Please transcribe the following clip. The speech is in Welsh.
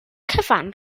cyfan